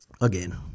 Again